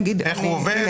איך הוא עובד?